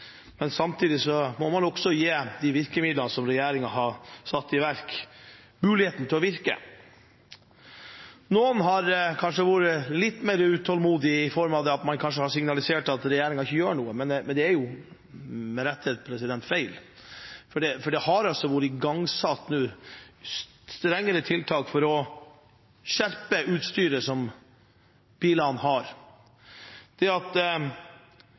men samtidig må man gi de virkemidlene som regjeringen har satt i verk, muligheten til å virke. Noen har kanskje vært litt mer utålmodig, i form av at man har signalisert at regjeringen ikke gjør noe. Men det kan man med rette si er feil, for det har nå vært igangsatt strengere tiltak for å skjerpe inn når det gjelder utstyret som bilene har, ved at